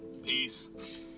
Peace